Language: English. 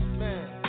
man